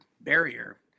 barrier